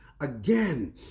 Again